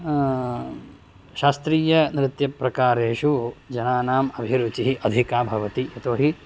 शास्त्रीयनृत्यप्रकारेषु जनानाम् अभिरुचिः अधिका भवति यतोहि